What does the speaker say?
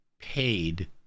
Paid